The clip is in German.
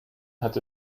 hat